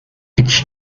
each